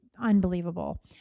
unbelievable